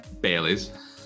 Bailey's